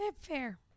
Fair